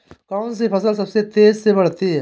कौनसी फसल सबसे तेज़ी से बढ़ती है?